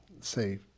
say